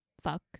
Fuck